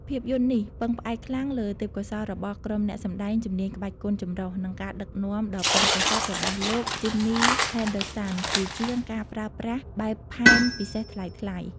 ភាពយន្តនេះពឹងផ្អែកខ្លាំងលើទេពកោសល្យរបស់ក្រុមអ្នកសម្ដែងជំនាញក្បាច់គុនចម្រុះ និងការដឹកនាំដ៏ប៉ិនប្រសប់របស់លោក Jimmy Henderson ជាជាងការប្រើប្រាស់បែបផែនពិសេសថ្លៃៗ។